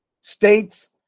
States